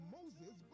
Moses